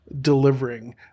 delivering